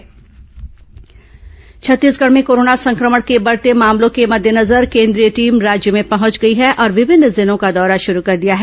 केंद्रीय टीम दौरा छत्तीसगढ़ में कोरोना संक्रमण के बढ़ते मामलों के मद्देनजर केंद्रीय टीम राज्य में पहुंच गई है और विभिन्न जिलों का दौरा शुरू कर दिया है